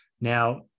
Now